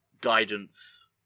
guidance